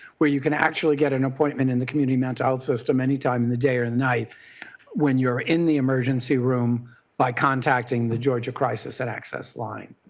where you can actually get an appointment in the community mental health system any time in the day or and night when you are in the emergency room by contacting the georgia crisis and access line.